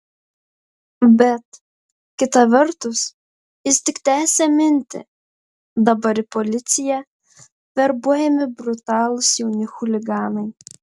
bet kita vertus jis tik tęsė mintį dabar į policiją verbuojami brutalūs jauni chuliganai